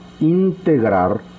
integrar